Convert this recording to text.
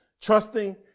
Trusting